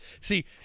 See